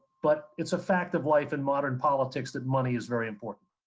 but it's a fact of life in modern politics that money is very important.